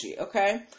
okay